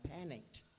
panicked